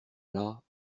las